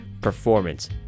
performance